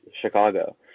Chicago